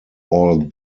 all